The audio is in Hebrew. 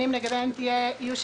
ומס קנייה על טובין (תיקון מס' 3),